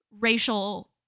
racial